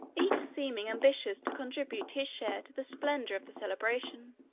each seeming ambitious to contribute his share to the splendor of the celebration.